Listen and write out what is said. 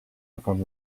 davon